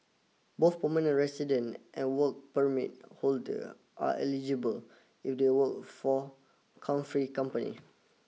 both permanent resident and work permit holder are eligible if they work for chauffeur company